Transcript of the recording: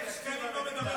איך שקלים לא מדבר בתקציב?